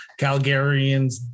Calgarians